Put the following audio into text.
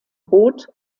rot